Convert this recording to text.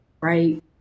right